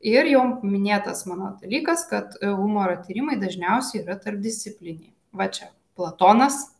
ir jau minėtas mano dalykaskas kad humoro tyrimai dažniausiai yra tarpdiscipliniai va čia platonas